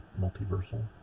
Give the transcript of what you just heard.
multiversal